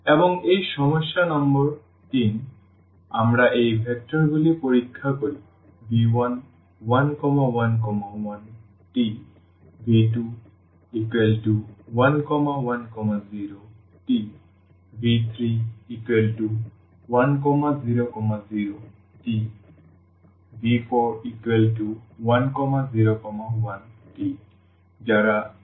এবং এই সমস্যা নম্বর 3 আমরা এই ভেক্টরগুলি পরীক্ষা করি v1111Tv2110Tv3100Tv4101T যারা লিনিয়ারলি ইন্ডিপেন্ডেন্ট